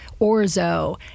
orzo